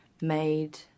made